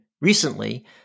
recently